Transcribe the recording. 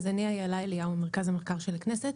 אני אילה אליהו ממרכז המחקר של הכנסת.